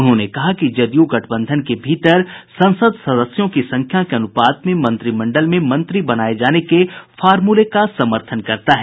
उन्होंने कहा कि जदयू गठबंधन के भीतर संसद सदस्यों की संख्या के अनुपात में मंत्रिमंडल में मंत्री बनाये जाने के फार्मूले का समर्थन करता है